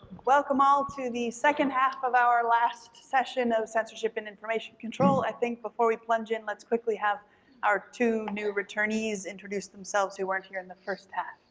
welcome all to the second half of our last session of censorship and information control. i think before we plunge in, let's quickly have our two new returnees introduce themselves who weren't here in the first half.